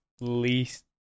least